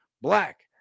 Black